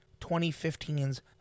2015's